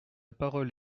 parole